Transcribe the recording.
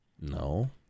No